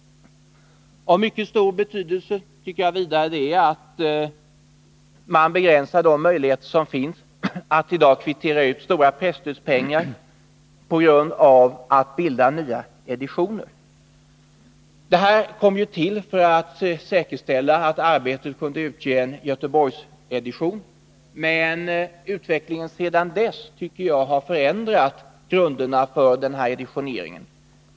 Av mycket stor betydelse tycker jag vidare det är att man begränsar de möjligheter som nu finns att kvittera ut stora presstödspengar på grund av att man startat nya editioner. Den möjligheten kom ju till för att säkerställa att tidningen Arbetet kunde utge en Göteborgsedition, men utvecklingen sedan dess har förändrat grunderna för editioneringen.